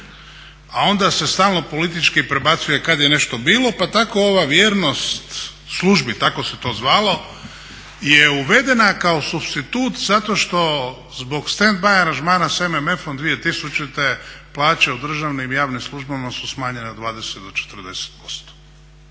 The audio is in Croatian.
A onda se stalno politički prebacuje kad je nešto bilo pa tako ova vjernost službi, tako se to zvalo, je uvedena kao supstitut zato što zbog stand by aranžmana s MMF-om 2000. plaće u državnim i javnim službama su smanjenje 20 do 40%.